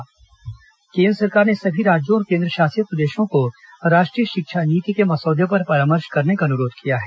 शिक्षा नीति मसौदा केंद्र सरकार ने सभी राज्यों और केंद्रशासित प्रदेशों को राष्ट्रीय शिक्षा नीति के मसौदे पर परामर्श कराने का अनुरोध किया है